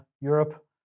Europe